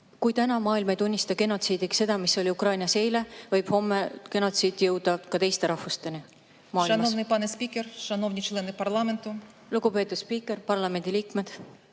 Kui täna maailm ei tunnista genotsiidiks seda, mis oli Ukrainas eile, võib homme genotsiid jõuda ka teiste rahvusteni maailmas.